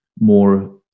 more